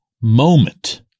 moment